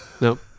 Nope